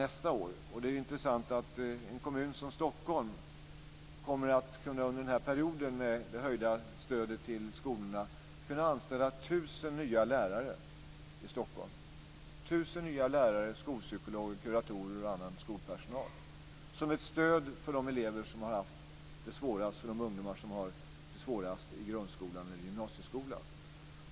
Det är intressant att en kommun som Stockholm under perioden med det höjda stödet till skolorna kommer att kunna anställa tusen nya lärare, skolpsykologer, kuratorer och annan skolpersonal som ett stöd för de elever och ungdomar som har det svårast i grundskolan eller i gymnasieskolan.